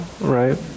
right